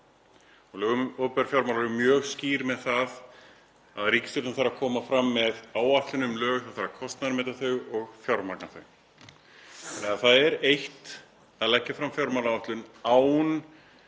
Lög um opinber fjármál eru mjög skýr með það að ríkisstjórnin þarf að koma fram með áætlun um lög, það þarf að kostnaðarmeta þau og fjármagna þau. Það er eitt að leggja fram fjármálaáætlun án